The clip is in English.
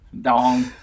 Dong